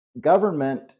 government